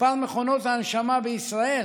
מספר מכונות ההנשמה בישראל